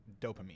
dopamine